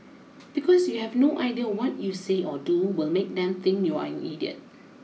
because you have no idea what you say or do will make them think you're an idiot